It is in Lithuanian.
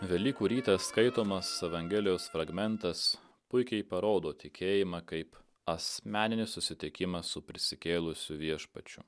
velykų rytą skaitomas evangelijos fragmentas puikiai parodo tikėjimą kaip asmeninį susitikimą su prisikėlusiu viešpačiu